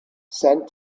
sent